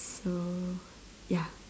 so ya